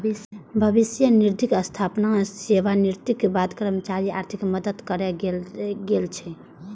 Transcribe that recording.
भविष्य निधिक स्थापना सेवानिवृत्तिक बाद कर्मचारीक आर्थिक मदति करै लेल गेल छै